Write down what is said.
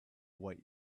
what